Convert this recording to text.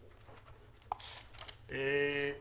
אדבר על עשייה שצריך לעשות באתר הרשב"י,